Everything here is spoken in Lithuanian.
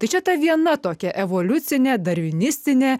tai čia ta viena tokia evoliucinė darvinistinė